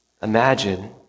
imagine